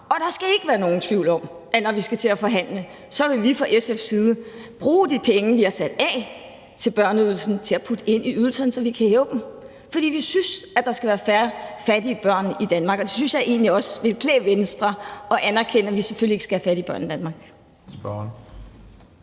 Der skal ikke være nogen tvivl om, at vi fra SF's side, når vi skal til at forhandle, vil bruge de penge, vi har sat af til børneydelsen, og putte dem ind i ydelserne, så vi kan hæve dem, for vi synes, der skal være færre fattige børn i Danmark. Jeg synes egentlig også, at det ville klæde Venstre at anerkende, at vi selvfølgelig ikke skal have fattige børn i Danmark.